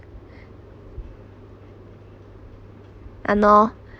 !hannor!